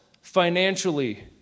financially